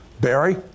Barry